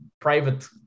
private